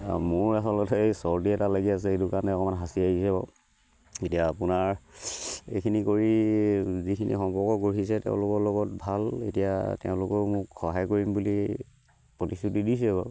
মোৰ আচলতে এই চৰ্দি এটা লাগি আছে এইটোৰ কাৰণে অকণমান হাঁচি আহিছে বাৰু এতিয়া আপোনাৰ এইখিনি কৰি যিখিনি সম্পৰ্ক গঢ়িছে তেওঁলোকৰ লগত ভাল এতিয়া তেওঁলোকেও মোক সহায় কৰিম বুলি প্ৰতিশ্ৰুতি দিছে বাৰু